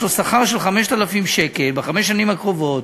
יש לו שכר של 5,000 שקל בחמש השנים הקרובות,